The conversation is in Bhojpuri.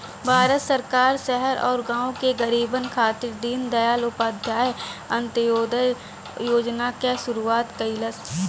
भारत सरकार शहर आउर गाँव के गरीबन खातिर दीनदयाल उपाध्याय अंत्योदय योजना क शुरूआत कइलस